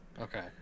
Okay